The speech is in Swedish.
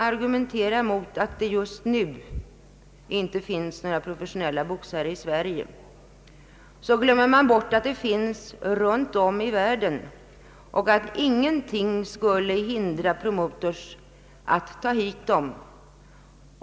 Argumenterar man, att det just nu inte finns några professionella boxare i Sverige, glömmer man bort att sådana finns runt om i världen och att ingenting skulle hindra promotors från att ta hit dessa.